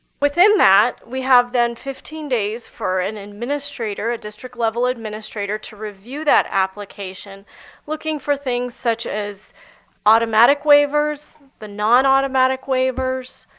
within that we have then fifteen days for an administrator, a district level administrator, to review that application looking for things such as automatic waivers, the non automatic waivers,